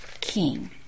king